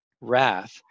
wrath